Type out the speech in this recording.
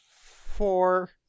four